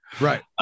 Right